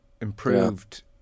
improved